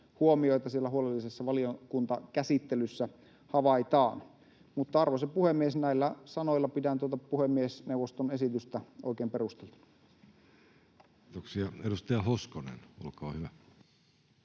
huomioita siellä huolellisessa valiokuntakäsittelyssä havaitaan. Arvoisa puhemies! Näillä sanoilla pidän tuota puhemiesneuvoston esitystä oikein perusteltuna. Kiitoksia. — Edustaja Hoskonen, olkaa hyvä.